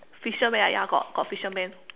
fisherman ah ya ya got fisherman